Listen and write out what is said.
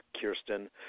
Kirsten